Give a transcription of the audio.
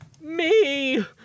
Me